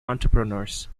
entrepreneurs